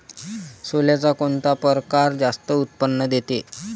सोल्याचा कोनता परकार जास्त उत्पन्न देते?